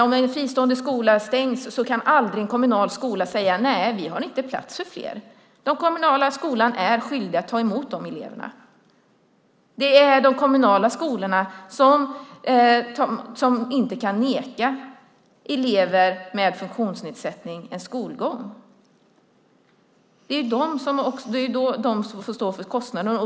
Om en fristående skola stängs kan en kommunal skola aldrig säga: Nej, vi har inte plats för fler. Den kommunala skolan är skyldig att ta emot de eleverna. Det är de kommunala skolorna som inte kan neka elever med funktionsnedsättning skolgång. Det är de som får stå för kostnaden.